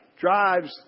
drives